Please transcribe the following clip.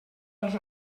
dels